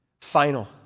final